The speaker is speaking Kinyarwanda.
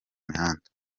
mihanda